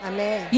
Amen